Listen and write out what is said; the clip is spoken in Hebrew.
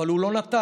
אבל הוא לא נטש,